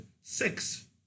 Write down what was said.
six